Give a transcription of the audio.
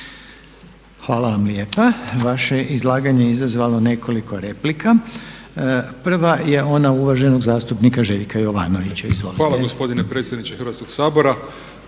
Hvala vam lijepa. Vaše izlaganje je izazvalo nekoliko replika. Prva je ona uvaženog zastupnika Željka Jovanovića. Izvolite. **Jovanović, Željko (SDP)**